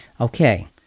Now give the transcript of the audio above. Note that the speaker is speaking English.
Okay